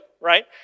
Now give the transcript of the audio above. right